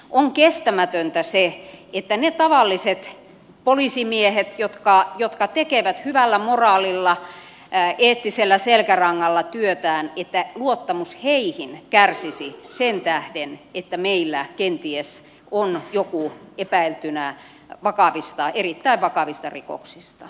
on kestämätöntä se että niihin tavallisiin poliisimiehiin jotka tekevät hyvällä moraalilla eettisellä selkärangalla työtään luottamus kärsisi sen tähden että meillä kenties on joku epäiltynä erittäin vakavista rikoksista